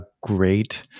great